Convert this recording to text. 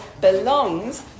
belongs